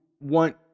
want